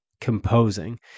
composing